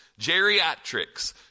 geriatrics